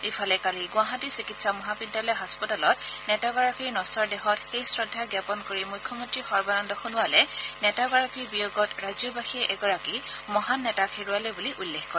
ইফালে কালি গুৱাহাটী চিকিৎসা মহাবিদ্যালয় হাস্পতালত নেতাগৰাকীৰ নগ্বৰ দেহত শেষ শ্ৰদ্ধা জ্ঞাপন কৰি মুখ্যমন্ত্ৰী সৰ্বানন্দ সোণোৱালে নেতাগৰাকীৰ বিয়োগত ৰাজ্যবাসীয়ে এগৰাকী মহান নেতাক হেৰুৱালে বুলি উল্লেখ কৰে